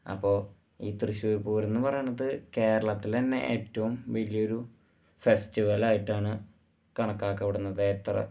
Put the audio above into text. അപ്പോൾ ഈ തൃശ്ശൂർ പൂരം എന്ന് പറയുന്നത് കേരളത്തിലെ തന്നെ ഏറ്റവും വലിയൊരു ഫെസ്റ്റിവലായിട്ടാണ് കണക്കാക്കപ്പെടുന്നത് എത്ര